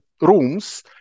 rooms